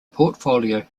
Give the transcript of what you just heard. portfolio